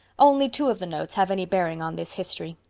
only two of the notes have any bearing on this history